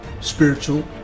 spiritual